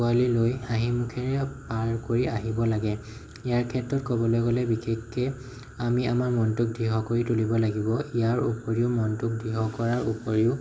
আকুৱালি হৈ হাঁহি মুখেৰে পাৰ কৰি আহিব লাগে ইয়াৰ ক্ষেত্ৰত ক'বলৈ গ'লে বিশেষকৈ আমি আমাৰ মনটোক দৃঢ় কৰি তুলিব লাগিব ইয়াৰ উপৰিও মনটোক দৃঢ় কৰাৰ উপৰিও